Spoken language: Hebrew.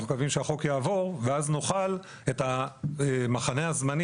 אנחנו מקווים שהחוק יעבור ואז נוכל את המחנה הזמני